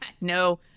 No